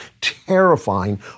terrifying